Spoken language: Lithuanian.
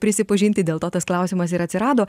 prisipažinti dėl to tas klausimas ir atsirado